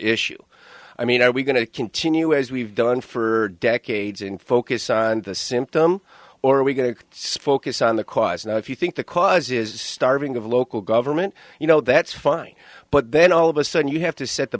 issue i mean are we going to continue as we've done for decades and focus on the symptom or are we going to spokes on the cause now if you think the cause is starving of local government you know that's fine but then all of a sudden you have to set the